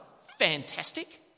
Fantastic